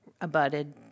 abutted